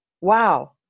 wow